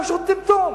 פשוט טמטום.